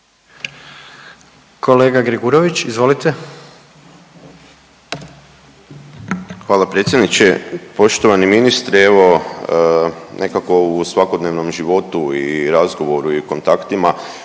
**Gregurović, Zoran (HDZ)** Hvala predsjedniče. Poštovani ministre, evo nekako u svakodnevnom životu i razgovoru i kontaktima